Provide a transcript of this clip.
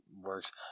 works